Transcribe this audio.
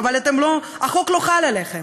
אבל החוק לא חל עליכם.